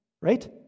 right